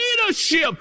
leadership